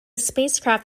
spacecraft